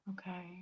okay